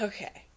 Okay